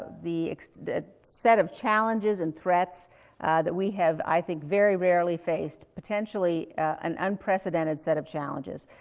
the the set of challenges and threats that we have, i think very rarely faced, potentially an unprecedented set of challenges.